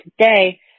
today